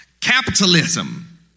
Capitalism